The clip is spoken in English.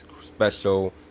Special